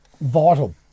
vital